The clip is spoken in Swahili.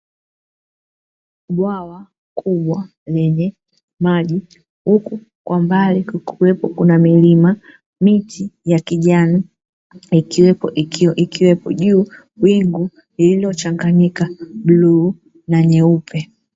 Bwawa kubwa lenye maji huku kwa mbali kukiwepo kuna milima miti ya kijani, ikiwepo juu wingu lililo changanyika bluu na nyeupe.